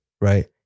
right